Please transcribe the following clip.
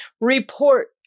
report